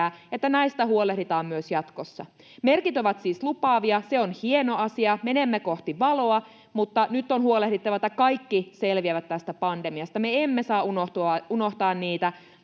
näistä huolehditaan myös jatkossa. Merkit ovat siis lupaavia, se on hieno asia. Menemme kohti valoa, mutta nyt on huolehdittava, että kaikki selviävät tästä pandemiasta. Me emme saa unohtaa niitä,